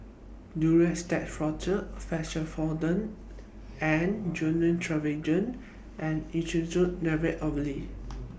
Duro Tuss Forte Fexofenadine and Gyno Travogen and Isoconazole Nitrate Ovule